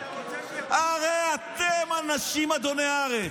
הרי אתם אנשים אדוני הארץ.